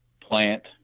plant